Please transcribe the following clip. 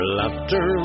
laughter